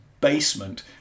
basement